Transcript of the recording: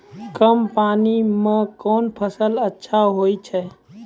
कम पानी म कोन फसल अच्छाहोय छै?